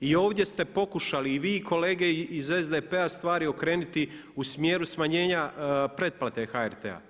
I ovdje ste pokušali i vi i kolege iz SDP-a stvari okrenuti u smjeru smanjenja pretplate HRT-a.